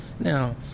Now